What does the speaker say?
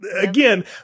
Again